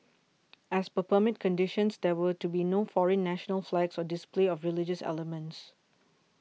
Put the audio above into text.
as per permit conditions there were to be no foreign national flags or display of religious elements